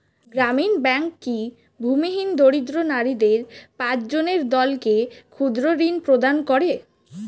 গ্রামীণ ব্যাংক কি ভূমিহীন দরিদ্র নারীদের পাঁচজনের দলকে ক্ষুদ্রঋণ প্রদান করে?